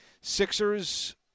Sixers